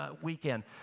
weekend